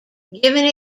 giving